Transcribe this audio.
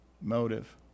motive